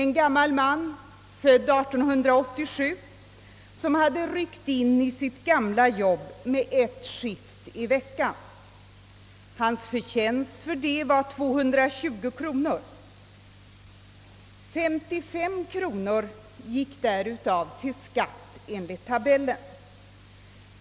En gammal man, född 1887, hade ryckt in i sitt gamla jobb och tagit ett skift i veckan. Hans förtjänst för detta blev 220 kronor. 55 kronor därav gick till skatt enligt tabellen.